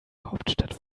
hauptstadt